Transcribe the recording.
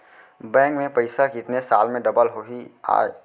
Bank में पइसा कितने साल में डबल होही आय?